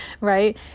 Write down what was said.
right